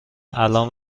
الآن